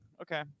Okay